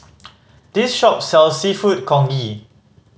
this shop sells Seafood Congee